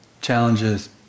challenges